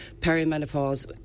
perimenopause